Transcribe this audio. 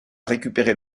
récupérer